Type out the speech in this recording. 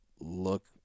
look